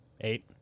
Eight